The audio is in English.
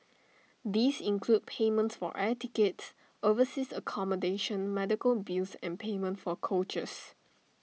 these include payments for air tickets overseas accommodation medical bills and payment for coaches